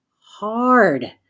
hard